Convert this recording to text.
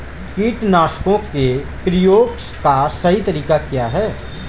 कीटनाशकों के प्रयोग का सही तरीका क्या है?